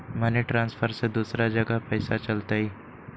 Money transfer से दूसरा जगह पईसा चलतई?